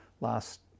last